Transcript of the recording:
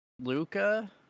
luca